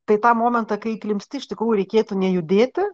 tai tą momentą kai įklimpsti iš tikrųjų reikėtų nejudėti